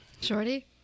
Shorty